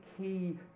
key